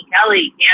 Kelly